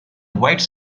white